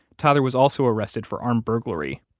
tyler was also arrested for armed burglary.